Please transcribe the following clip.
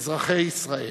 אזרחי ישראל.